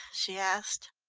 she asked.